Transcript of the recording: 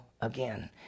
again